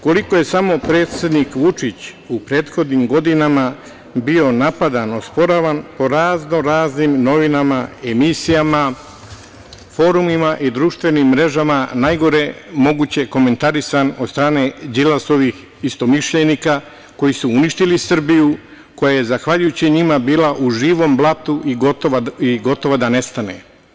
Koliko je samo predsednik Vučić u prethodnim godinama bio napadan, osporavan po razno-raznim novinama, emisijama, forumima i društvenim mrežama, najgore moguće komentarisan od strane Đilasović istomišljenika, koji su uništili Srbiju, koja je zahvaljujući njima bila u živom blatu i gotova da nestane.